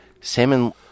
Salmon